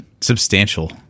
Substantial